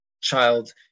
child